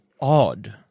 odd